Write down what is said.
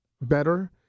better